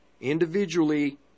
individually